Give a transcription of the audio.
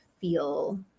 feel